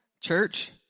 church